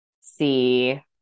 see